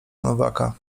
nowaka